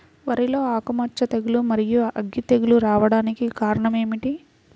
వరిలో ఆకుమచ్చ తెగులు, మరియు అగ్గి తెగులు రావడానికి కారణం ఏమిటి?